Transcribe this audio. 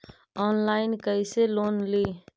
Online कैसे loan ली?